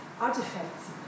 artifacts